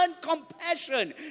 compassion